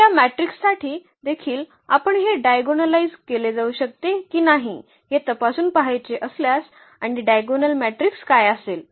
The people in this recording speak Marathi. तर या मॅट्रिक्ससाठी देखील आपण हे डायगोनलाइझ केले जाऊ शकते की नाही हे तपासून पहायचे असल्यास आणि डायगोनल मॅट्रिक्स काय असेल